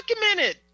documented